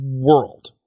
world